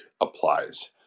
applies